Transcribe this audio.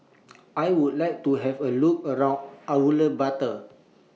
I Would like to Have A Look around Ulaanbaatar